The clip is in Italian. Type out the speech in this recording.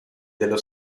dello